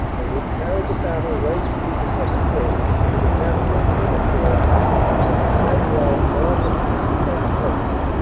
and would carry the battle right through the second phase to the capture of haynecourt and the high ground north and east of that place.